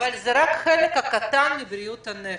אבל זה רק החלק הקטן בבריאות הנפש.